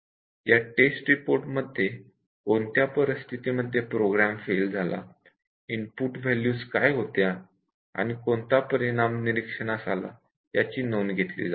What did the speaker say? या test report मध्ये कोणत्या परिस्थितीमध्ये प्रोग्राम फेल झाला इनपुट व्हॅल्यूज काय होत्या आणि कोणता परिणाम निरीक्षणास आला याची नोंद घेतली जाते